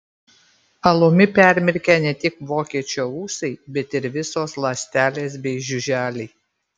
alumi permirkę ne tik vokiečio ūsai bet ir visos ląstelės bei žiuželiai